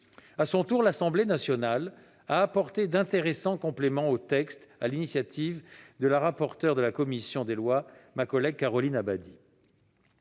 À son tour, l'Assemblée nationale a apporté d'intéressants compléments au texte, sur l'initiative de la rapporteure de sa commission des lois, Caroline Abadie.